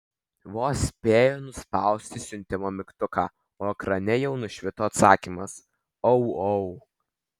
vos spėjo nuspausti siuntimo mygtuką o ekrane jau nušvito atsakymas au au